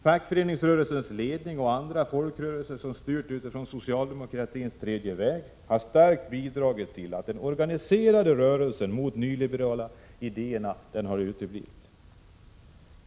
Fackföreningsrörelsens ledning och andra folkrörelser som styrt utifrån socialdemokratins tredje väg har starkt bidragit till att den organiserade rörelsen mot de nyliberala idéerna har uteblivit.